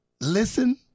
listen